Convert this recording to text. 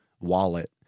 wallet